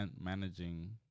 managing